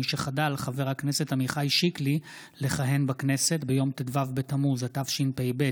משחדל חבר הכנסת עמיחי שיקלי לכהן בכנסת ביום ט"ו בתמוז התשפ"ב,